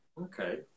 Okay